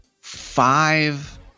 Five